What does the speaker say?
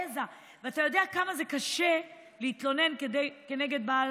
ואתה יודע כמה זה קשה להתלונן נגד בן